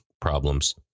problems